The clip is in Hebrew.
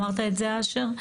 אמרת את זה, אשר.